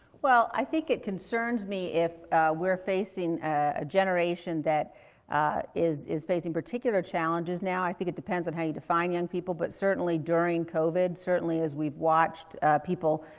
well, i think it concerns me if we're facing a generation that is, is facing particular challenges now. i think it depends on how you define young people, but certainly during covid, certainly as we've watched people,